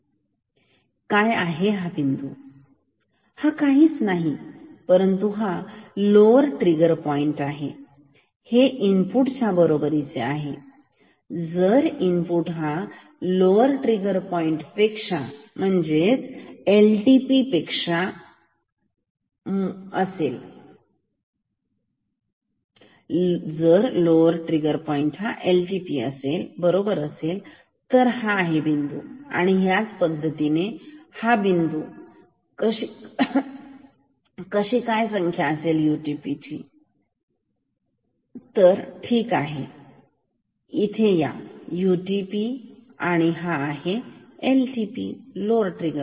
काय असेल हा बिंदू हा काहीच नाही परंतु हा लोवर ट्रिगर पॉईंट आहे हे इनपुट च्या बरोबर आहे जर इनपुट हा लोअर ट्रिगर पॉईंट म्हणजे एलटीपी बरोबर असेल तर हा बिंदू आणि ह्याच पद्धतीने हा बिंदू कशी काय संख्या असेल इनपुट हे यूटीपी असेल तर ठीक आहे तर इथे हा आहे यूटीपी आणि हा आहे LTP LTP lower trigger point